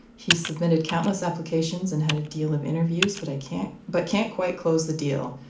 he's submitted countless applications and had a deal of interviews but i can't but can't quite close the deal.